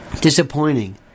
disappointing